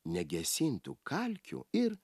negesintų kalkių ir